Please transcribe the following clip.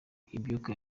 ibyuka